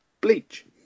bleach